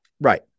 Right